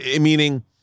meaning